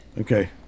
Okay